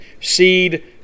seed